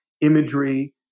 imagery